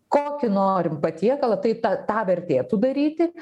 kokį norim patiekalą tai ta tą vertėtų daryti